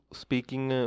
speaking